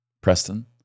Preston